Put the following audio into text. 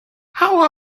how